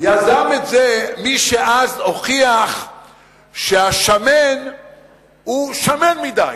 יזם את זה מי שאז הוכיח שהשמן הוא שמן מדי.